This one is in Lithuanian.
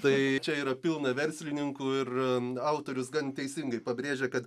tai čia yra pilna verslininkų ir autorius gan teisingai pabrėžia kad